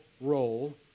role